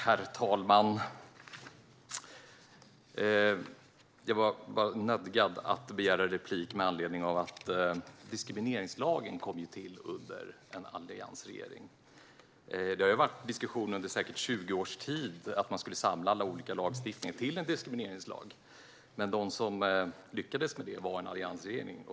Herr talman! Jag var nödgad att begära replik med anledning av att diskrimineringslagen ju kom till under en alliansregering. Det har under säkert 20 års tid diskuterats att samla alla olika lagstiftningar i en diskrimineringslag, men de som lyckades med detta var en alliansregering.